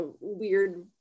weird